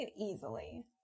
easily